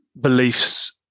beliefs